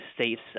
States